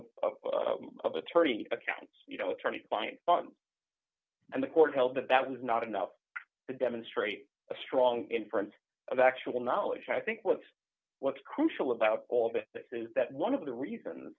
of of attorney accounts you know attorney client and the court held that that was not enough to demonstrate a strong inference of actual knowledge i think what what's crucial about all of this is that one of the reasons